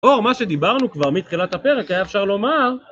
אור, מה שדיברנו כבר מתחילת הפרק היה אפשר לומר.